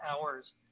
hours